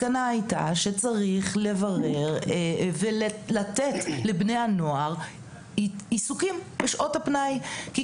ושצריך לברר ולתת לבני הנוער עיסוקים בשעות הפנאי; כל